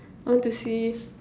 I want to see